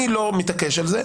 אני לא מתעקש על זה.